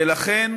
ולכן